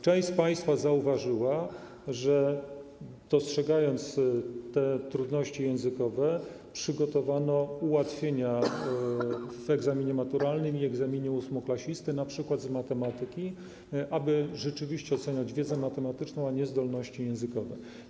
Część z państwa zauważyła, że dostrzegając te trudności językowe, przygotowano ułatwienia w egzaminie maturalnym i w egzaminie ósmoklasisty np. z matematyki, aby rzeczywiście oceniać wiedzę matematyczną, a nie zdolności językowe.